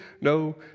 no